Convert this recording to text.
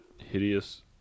hideous